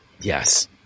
Yes